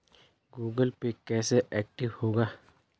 Google Pay कैसे active होगा?